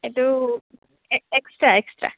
এইটো ex extra extra